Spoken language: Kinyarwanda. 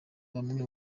bamwe